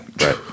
Right